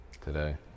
today